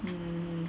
mm